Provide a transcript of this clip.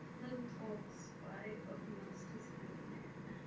little talks by of monsters and men.